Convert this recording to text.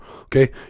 okay